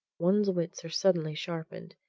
one's wits are suddenly sharpened,